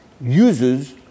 Uses